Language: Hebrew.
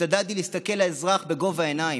השתדלתי להסתכל לאזרח בגובה העיניים,